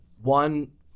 one